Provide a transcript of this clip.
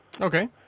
Okay